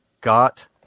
got